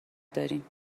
داریم